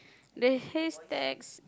they say stacks